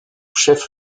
chef